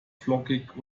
flockig